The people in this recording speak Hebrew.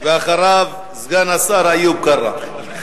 אחריו, סגן השר איוב קרא.